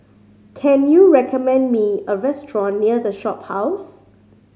can you recommend me a restaurant near The Shophouse